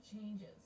changes